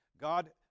God